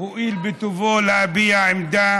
הואיל בטובו להביע עמדה